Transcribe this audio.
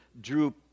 drew